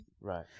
Right